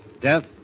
Death